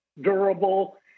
durable